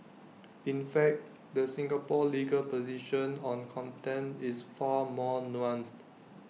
in fact the Singapore legal position on contempt is far more nuanced